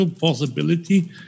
possibility